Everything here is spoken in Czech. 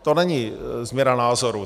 To není změna názoru.